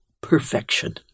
perfection